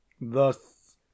Thus